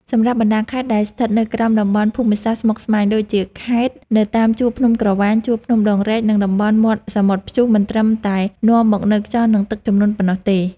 សម្រាប់បណ្ដាខេត្តដែលស្ថិតនៅតាមតំបន់ភូមិសាស្ត្រស្មុគស្មាញ ដូចជាខេត្តនៅតាមជួរភ្នំក្រវាញ ជួរភ្នំដងរែក និងតំបន់មាត់សមុទ្រ ព្យុះមិនត្រឹមតែនាំមកនូវខ្យល់ និងទឹកជំនន់ប៉ុណ្ណោះទេ។